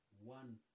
one